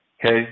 Hey